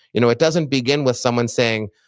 you know it doesn't begin with someone saying,